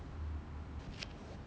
okay then